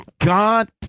God